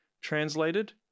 translated